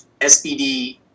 SPD